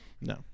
No